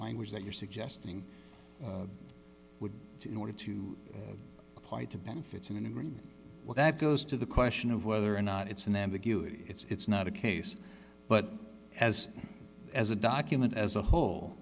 language that you're suggesting would in order to apply to benefits and agree well that goes to the question of whether or not it's an ambiguity it's not a case but as as a document as a whole